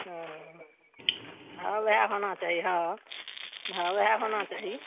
होना चाही हँ हँ वएह होना चाही